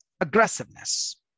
aggressiveness